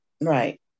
right